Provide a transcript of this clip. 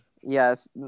Yes